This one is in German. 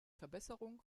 verbesserung